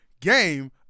game